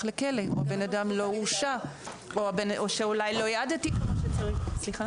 לכלא או הבן אדם לא הורשע או שאולי לא העדתי כמו שצריך.